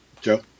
Joe